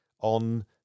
on